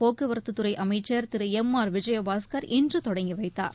போக்குவரத்துத் துறை அமைச்சர் திரு எம் ஆர் விஜய பாஸ்கர் இன்று தொடங்கி வைத்தார்